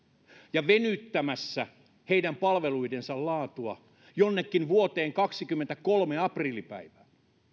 ja venyttämässä heidän palveluidensa laatua jonnekin vuoden kaksikymmentäkolme aprillipäivään